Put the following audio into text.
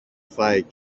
φάει